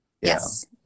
yes